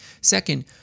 Second